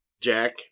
Jack